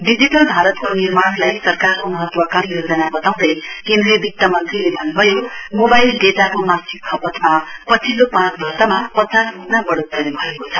digital भारतको निर्माणलाई सरकारको महत्वकांक्षी योजना बताउँदै केन्द्रीय वित मन्त्रीले भन्न्भयो मोबाइल डेटाको मासिक खपतमा पछिल्लो पाँच वर्षमा पचास ग्णा बढोत्तरी भएको छ